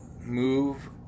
move